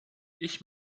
ich